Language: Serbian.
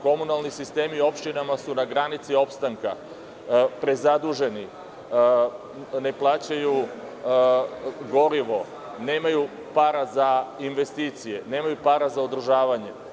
Komunalni sistemi u opštinama su na granici opstanka, prezaduženi, ne plaćaju gorivo, nemaju para za investicije, nemaju para za održavanje.